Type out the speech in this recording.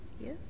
Yes